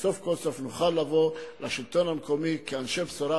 שסוף כל סוף נוכל לבוא לשלטון המקומי כאנשי בשורה